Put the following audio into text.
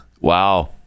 Wow